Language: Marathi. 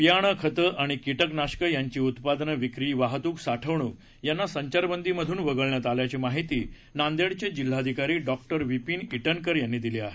बियाणे खते आणि कीटकनाशके यांचे उत्पादन विक्री वाहतूक साठवणूक यांना संचारबंदी मधून वगळण्यात आल्याची माहिती नांदेडचे जिल्हाधिकारी डॉक्टर विपिन ईटनकर यांनी दिली आहे